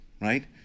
right